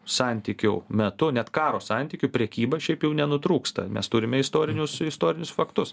santykių metu net karo santykių prekyba šiaip jau nenutrūksta mes turime istorinius istorinius faktus